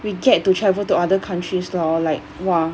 we get to travel to other countries lor like !wah!